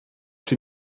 die